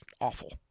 awful